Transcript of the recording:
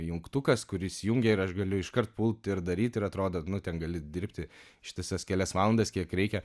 jungtukas kur įsijungia ir aš galiu iškart pult ir daryt ir atrodo nu ten gali dirbti ištisas kelias valandas kiek reikia